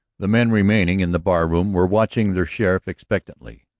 the men remaining in the barroom were watching their sheriff expectantly.